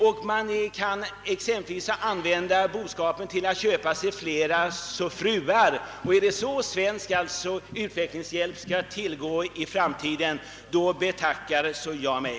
Man kan för att ta ett exempel kanske använda boskapen till att köpa sig flera fruar. Är det så svensk utvecklingshjälp skall planeras, då betackar jag mig.